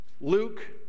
Luke